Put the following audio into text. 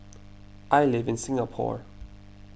I live in Singapore